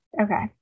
Okay